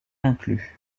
inclus